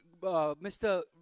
Mr